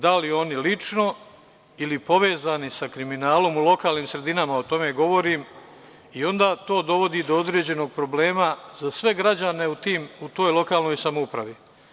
Da li oni lično ili povezani sa kriminalom u lokalnim sredinama, o tome govorim, i onda to dovodi do određenog problema za sve građane u toj lokalnoj samoupravi.